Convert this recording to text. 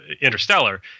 Interstellar